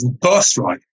birthright